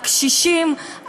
הקשישים,